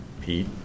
Pete